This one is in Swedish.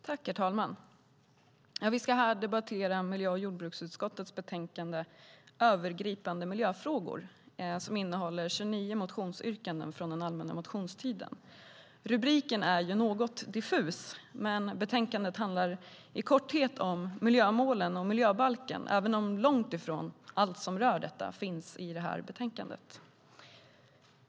Herr talman! Vi ska här debattera miljö och jordbruksutskottets betänkande Övergripande miljöfrågor som innehåller 29 motionsyrkanden från den allmänna motionstiden. Rubriken är ju något diffus, men betänkandet handlar i korthet om miljömålen och miljöbalken, även om långt ifrån allt som rör detta finns i det här betänkandet.